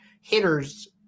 hitters